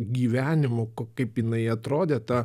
gyvenimu kaip jinai atrodė ta